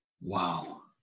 Wow